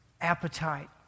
appetite